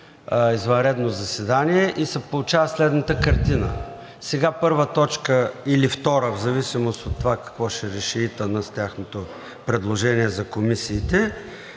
извънредно заседание и се получава следната картина: Сега първа точка или втора, в зависимост от това какво ще реши ИТН с тяхното предложение за комисиите,